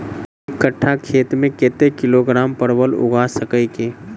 एक कट्ठा खेत मे कत्ते किलोग्राम परवल उगा सकय की??